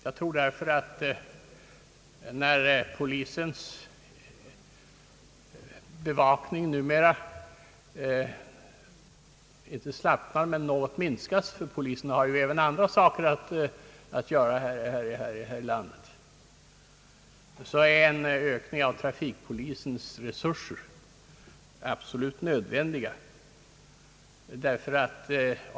Jag tror därför att när polisens bevakning nu om inte slappnar men något minskas — polisen har ju även annat att göra — så är en ökning av trafik polisens resurser absolut nödvändiga.